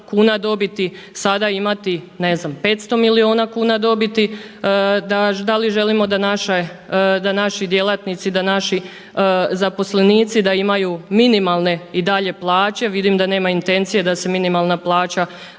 kuna dobiti sada imati ne znam 500 milijuna kuna dobiti, da li želimo da naši djelatnici, da naši zaposlenici da imaju minimalne i dalje plaće. Vidim da nema intencije da se minimalna plaća